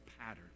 pattern